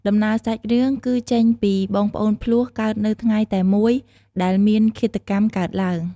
ដំណើរសាច់រឿង គឺចេញពីបងប្អូនភ្លោះកើតនៅថ្ងៃតែមួយដែលមានឃាតកម្មកើតឡើង។